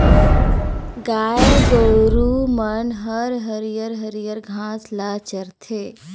गाय गोरु मन हर हरियर हरियर घास ल चरथे